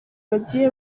bagiye